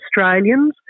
Australians